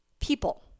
People